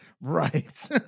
Right